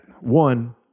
One